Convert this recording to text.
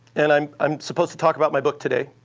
and i'm i'm supposed to talk about my book today.